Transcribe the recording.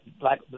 Black